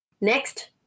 Next